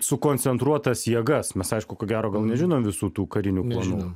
sukoncentruotas jėgas mes aišku ko gero gal nežinom visų tų karinių planų